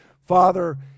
father